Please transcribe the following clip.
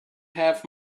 have